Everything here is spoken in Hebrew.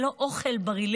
ללא אוכל בריא,